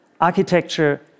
architecture